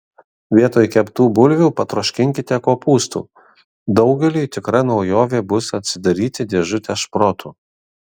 vietoj keptų bulvių patroškinkite kopūstų daugeliui tikra naujovė bus atsidaryti dėžutę šprotų